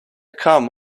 come